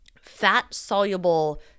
Fat-soluble